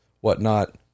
whatnot